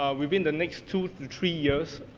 ah within the next two to three years,